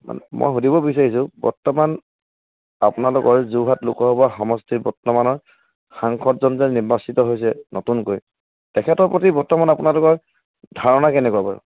মান মই সুধিব বিচাৰিছোঁ বৰ্তমান আপোনালোকৰ যোৰহাট লোকসভাৰ সমষ্টিৰ বৰ্তমানৰ সাংসদজন যে নিৰ্বাচিত হৈছে নতুনকৈ তেখেতৰ প্ৰতি বৰ্তমান আপোনালোকৰ ধাৰণা কেনেকুৱা বাৰু